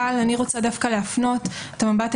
אבל אני רוצה דווקא להפנות את המבט דווקא